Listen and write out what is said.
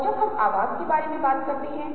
अब हम इसके बारे में और विस्तार से बात करते हैं